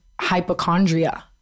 hypochondria